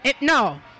no